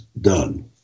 done